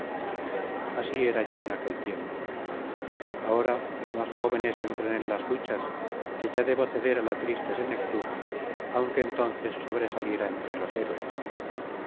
así era yo en aquel tiempo ahora los más jóvenes entren en las luchas que ya debo ceder á la triste senectud aunque entonces sobresaliera entre los héroes